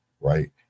Right